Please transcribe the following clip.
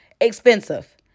expensive